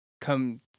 come